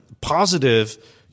positive